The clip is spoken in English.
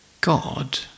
God